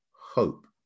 hope